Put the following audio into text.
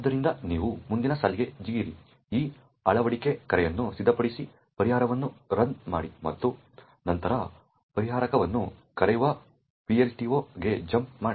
ಆದ್ದರಿಂದ ನೀವು ಮುಂದಿನ ಸಾಲಿಗೆ ಜಿಗಿಯಿರಿ ಈ ಅಳವಡಿಕೆ ಕರೆಯನ್ನು ಸಿದ್ಧಪಡಿಸಿ ಪರಿಹಾರವನ್ನು ರನ್ ಮಾಡಿ ಮತ್ತು ನಂತರ ಪರಿಹಾರಕವನ್ನು ಕರೆಯುವ PLT0 ಗೆ ಜಂಪ್ ಮಾಡಿ